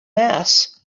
mass